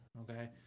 Okay